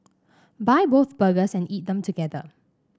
buy both burgers and eat them together